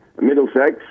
Middlesex